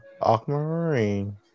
Aquamarine